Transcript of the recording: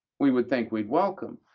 we would think we'd welcome,